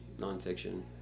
nonfiction